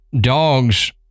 dogs